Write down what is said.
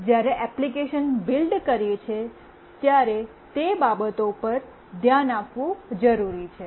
તેથી જ્યારે application build કરીએ છીએ ત્યારે તે બાબતો પર ધ્યાન આપવું જરૂરી છે